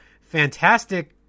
Fantastic